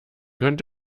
könnt